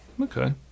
Okay